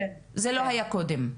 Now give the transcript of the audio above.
זה לא היה קודם.